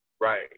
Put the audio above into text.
right